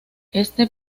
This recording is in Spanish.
este